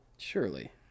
Surely